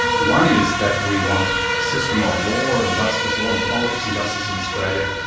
one is that we want a system of law and justice, law and politics and justice in australia,